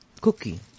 cookie